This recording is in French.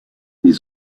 des